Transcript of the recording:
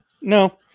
No